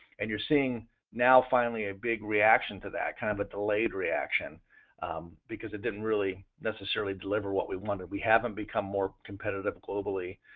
and you're seeing now finally a big reaction to that kind of a delayed reaction because it didn't really, necessarily deliver what we wanted. we haven't become more competitive globally.